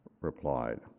replied